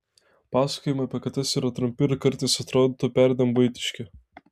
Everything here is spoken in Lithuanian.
pasakojimai apie kates yra trumpi ir kartais atrodytų perdėm buitiški